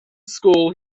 school